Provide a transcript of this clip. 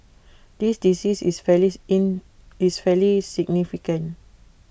this decrease is fairly in is fairly significant